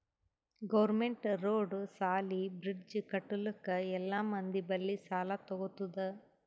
government road, ಸಾಲಿ, bridge ಕಟ್ಟಲುಕ್ ಎಲ್ಲಾ ಮಂದಿ ಬಲ್ಲಿ ಸಾಲಾ ತಗೊತ್ತುದ್